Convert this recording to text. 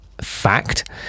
Fact